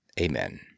Amen